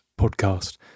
podcast